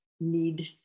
need